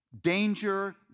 Danger